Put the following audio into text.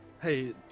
Hey